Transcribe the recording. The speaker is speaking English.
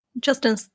Justin